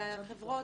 מהחברות.